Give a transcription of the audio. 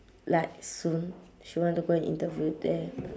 like soon she want to go and interview there